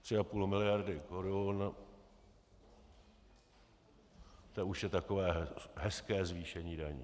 Tři a půl miliardy korun, to už je takové hezké zvýšení daní.